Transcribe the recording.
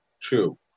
true